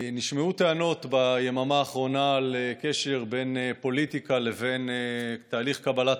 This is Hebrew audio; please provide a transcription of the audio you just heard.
נשמעו טענות ביממה האחרונה על קשר בין פוליטיקה לבין תהליך קבלת